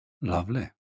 Lovely